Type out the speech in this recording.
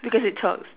because it talks